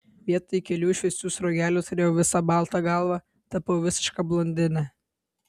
vietoj kelių šviesių sruogelių turėjau visą baltą galvą tapau visiška blondine